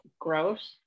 Gross